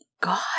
god